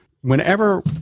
whenever